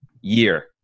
year